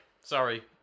Sorry